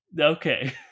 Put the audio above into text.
Okay